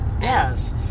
yes